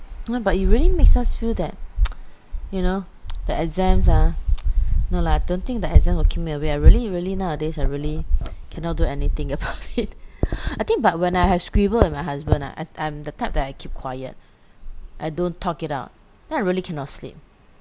ah but you really makes us feel that you know the exams ah no lah don't think the exams will keep me awake I really really nowadays I really cannot do anything about it I think but when I have squabble with my husband ah I I'm the type that I keep quiet I don't talk it out then I really cannot sleep